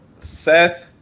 Seth